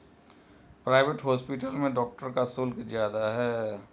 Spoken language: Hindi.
प्राइवेट हॉस्पिटल में डॉक्टर का शुल्क ज्यादा है